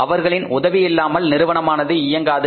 அவர்களின் உதவி இல்லாமல் நிறுவனமானது இயங்காது